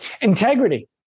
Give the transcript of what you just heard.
Integrity